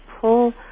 pull